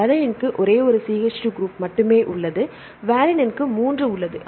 அலனைனுக்கு ஒரே ஒரு CH2 group மட்டுமே உள்ளது வாலினுக்கு 3 உள்ளது